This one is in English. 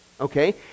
okay